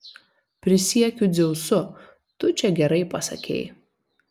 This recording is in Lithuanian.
prisiekiu dzeusu tu čia gerai pasakei